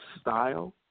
style